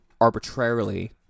arbitrarily